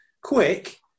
quick